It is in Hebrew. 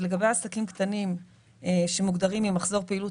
לגבי עסקים קטנים שמוגדרים עם מחזור פעילות